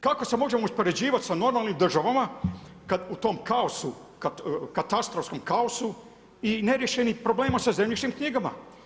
Kako se možemo uspoređivat sa normalnim državama kad u tom kaosu, katastarskom kaosu i neriješenih problema sa zemljišnim knjigama.